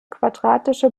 quadratische